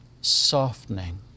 softening